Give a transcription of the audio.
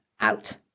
out